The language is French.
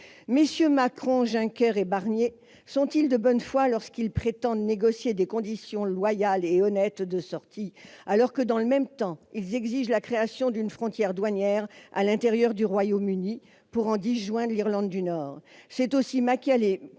MM. Macron, Juncker et Barnier sont-ils de bonne foi lorsqu'ils prétendent négocier des conditions loyales et honnêtes de sortie, alors que dans le même temps ils exigent la création d'une frontière douanière à l'intérieur du Royaume-Uni pour en disjoindre l'Irlande du Nord ?